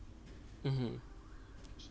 mmhmm